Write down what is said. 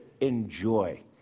enjoy